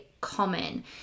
common